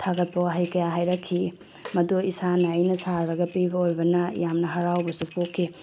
ꯊꯥꯒꯠꯄ ꯋꯥꯍꯩ ꯀꯌꯥ ꯍꯥꯏꯔꯛꯈꯤ ꯃꯗꯣ ꯏꯁꯥꯅ ꯑꯩꯅ ꯁꯥꯔꯒ ꯄꯤꯕ ꯑꯣꯏꯕꯅ ꯌꯥꯝꯅ ꯍꯔꯥꯎꯕꯁꯨ ꯄꯣꯛꯈꯤ